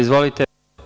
Izvolite.